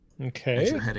Okay